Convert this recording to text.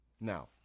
Now